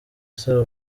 asaba